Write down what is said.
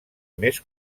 més